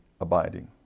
abiding